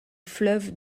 fleuve